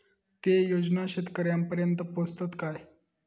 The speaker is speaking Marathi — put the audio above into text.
ते योजना शेतकऱ्यानपर्यंत पोचतत काय?